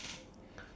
ya